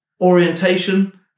orientation